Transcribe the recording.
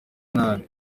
nabi